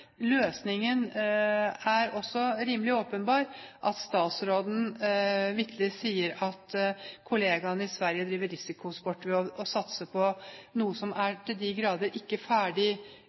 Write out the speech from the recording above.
løsningen også er rimelig åpenbar, at statsråden vitterlig sier at kollegaene i Sverige driver risikosport når de satser på noe som til de grader ikke er ferdig